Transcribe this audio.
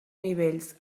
nivells